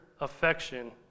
affection